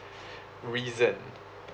reason